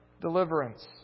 deliverance